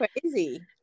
crazy